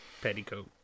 Petticoat